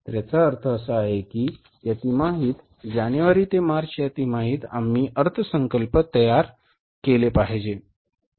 तर याचा अर्थ असा आहे की या तिमाहीत जानेवारी ते मार्च या तिमाहीत आम्ही अर्थसंकल्प तयार केले पाहिजे